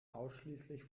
ausschließlich